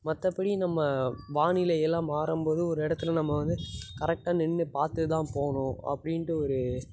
மற்றப்படி நம்ம வானிலையெல்லாம் மாறும் போது ஒரு இடத்துல நம்ம வந்து கரெக்டாக நின்று பார்த்து தான் போகணும் அப்படின்ட்டு ஒரு